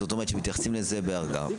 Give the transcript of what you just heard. זאת אומרת שמתייחסים לזה ---.